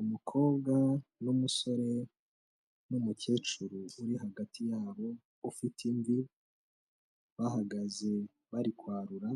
Umukobwa n'umusore n'umukecuru uri hagati yabo ufite imvi, bahagaze bari kwarura,